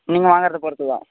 நீங்கள் வாங்குறதை பொறுத்து தான்